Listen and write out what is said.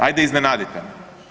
Ajde, iznenadite me.